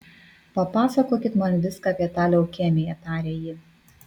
papasakokit man viską apie tą leukemiją tarė ji